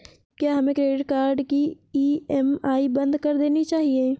क्या हमें credit card की ई.एम.आई बंद कर देनी चाहिए?